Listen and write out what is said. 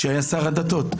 כשהיה שר הדתות,